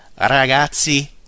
Ragazzi